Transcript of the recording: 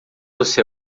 você